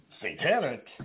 satanic